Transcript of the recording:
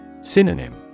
Synonym